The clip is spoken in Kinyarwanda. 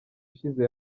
ishize